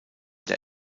der